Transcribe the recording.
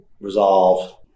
resolve